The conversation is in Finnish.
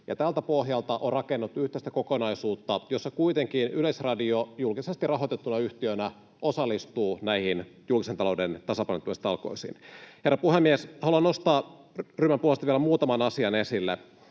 Tältä pohjalta on rakennettu yhteistä kokonaisuutta, jossa kuitenkin Yleisradio julkisesti rahoitettuna yhtiönä osallistuu näihin julkisen talouden tasapainottamistalkoisiin. Herra puhemies! Haluan nostaa ryhmän puolesta vielä muutaman asian esille,